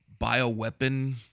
bioweapon